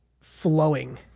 flowing